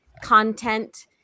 content